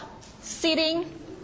sitting